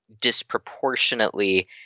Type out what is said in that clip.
disproportionately